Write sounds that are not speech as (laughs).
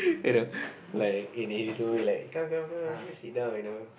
(laughs) like in his own way like come come come come just sit down you know